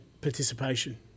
participation